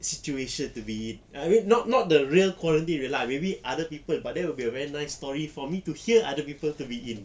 situation to be in I mean not not the real quarantine lah maybe other people but that will be a very nice story for me to hear other people to be in